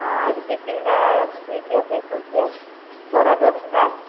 ହଁ ଏବେ ଟିଫିନ୍ ଆମକୁ ଦେଇଦିଅ ପେକ୍ କରିଦିଅ ବରା ଦଶ୍ଟା